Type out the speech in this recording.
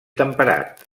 temperat